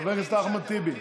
חבר הכנסת אחמד טיבי.